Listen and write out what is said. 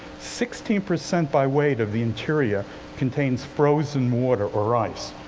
sixteen percent, by weight, of the interior contains frozen water, or ice.